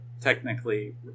technically